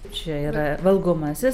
čia yra valgomasis